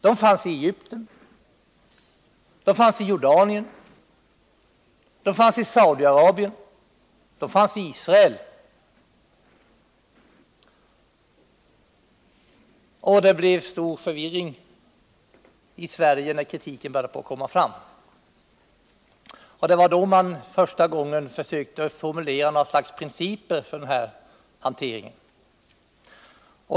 De fanns i Egypten, de fanns i Jordanien, de fanns i Saudiarabien, de fanns i Israel, och det blev stor förvirring i Sverige när kritiken började komma fram. Det var då man första gången försökte formulera något slags principer för den här hanteringen.